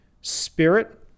spirit